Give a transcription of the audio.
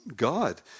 God